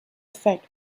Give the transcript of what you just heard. effect